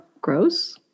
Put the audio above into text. gross